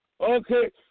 okay